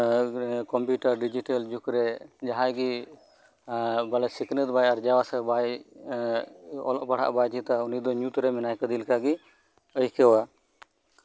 computer digital ᱡᱩᱜᱽᱨᱮ ᱡᱟᱦᱟᱸᱭ ᱜᱮ ᱵᱚᱞᱮ ᱥᱤᱠᱷᱱᱟᱹᱛ ᱵᱟᱭ ᱟᱨᱡᱟᱣᱟ ᱥᱮ ᱚᱞᱚᱜ ᱯᱟᱲᱦᱟᱜ ᱵᱟᱭ ᱪᱮᱫᱟ ᱩᱱᱤᱫᱚ ᱧᱩᱛᱨᱮ ᱢᱮᱱᱟᱭ ᱟᱠᱟᱫᱮ ᱞᱮᱠᱟᱜᱮᱭ ᱟᱹᱭᱠᱟᱹᱣᱟ